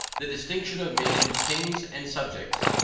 the distinction of men into kings and subjects.